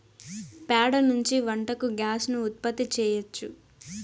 ప్యాడ నుంచి వంటకు గ్యాస్ ను ఉత్పత్తి చేయచ్చు